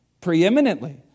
preeminently